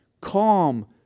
calm